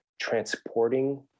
transporting